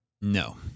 no